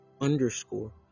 underscore